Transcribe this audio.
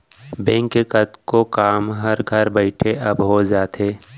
bank के कतको काम हर घर बइठे अब हो जाथे